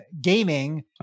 gaming